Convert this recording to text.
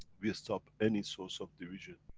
we stop any sorts of division,